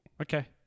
Okay